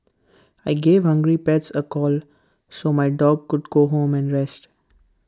I gave hungry pets A call so my dog could go home and rest